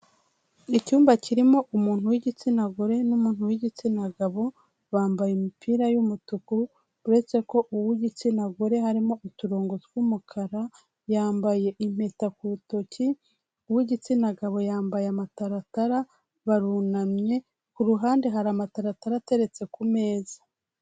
Icyumba kirimo umuntu w'igitsina gore n'umuntu w'igitsina gabo, bambaye imipira y'umutuku, uretse ko uw'igitsina gore harimo uturongo tw'umukara, yambaye impeta ku rutoki, uw'igitsina gabo yambaye amataratara, barunamye ku ruhande hari amataratara ateretse ku meza.